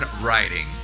writing